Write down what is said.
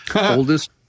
oldest